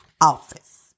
office